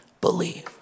believe